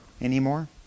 anymore